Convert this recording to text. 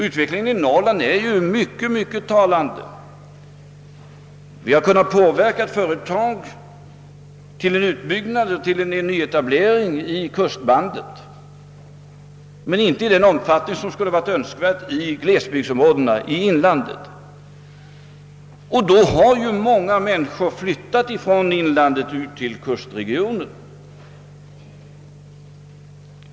Utvecklingen i Norrland talar härvidlag sitt tydliga språk. Vi har kunnat påverka företag till en nyetablering i kustbandet men inte till glesbygdsområdena i inlandet i den omfattning som skulle varit önskvärd.